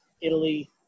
Italy